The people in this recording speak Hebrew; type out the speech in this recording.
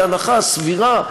היא הנחה סבירה,